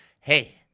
Hey